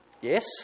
yes